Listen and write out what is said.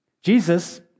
Jesus